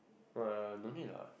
uh no need lah